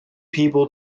people